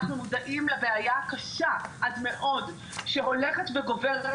אנחנו מודעים לבעיה הקשה עד מאוד שהולכת וגוברת,